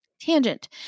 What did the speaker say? tangent